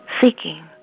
seeking